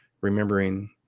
remembering